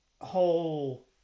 whole